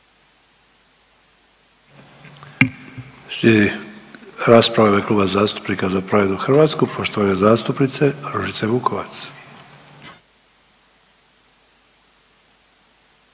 rasprava u ime Kluba zastupnika Za pravednu Hrvatsku poštovane zastupnice Ružice Vukovac.